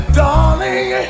darling